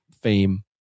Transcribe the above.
fame